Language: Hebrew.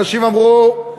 אנשים אמרו,